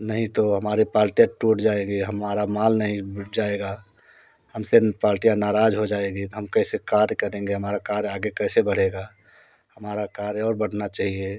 नहीं तो हमारी पाल्टियाँ टूट जाएंगी हमारा माल नहीं जाएगा हमसे पाल्टियाँ नाराज़ हो जाएंगी हम कैसे कार्य करेंगे हमारा कार्य आगे कैसे बढ़ेगा हमारा कार्य और बढ़ना चाहिए